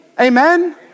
Amen